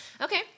okay